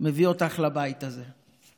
מביא אותך לבית הזה.